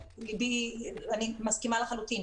ואני מסכימה לחלוטין.